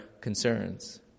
concerns